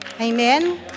Amen